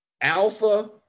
alpha